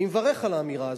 אני מברך על האמירה הזאת,